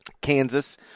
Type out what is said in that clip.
Kansas